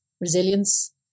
resilience